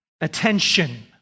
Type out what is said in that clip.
attention